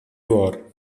cor